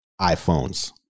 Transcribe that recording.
iPhones